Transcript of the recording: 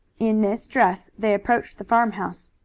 in this dress they approached the farmhouse,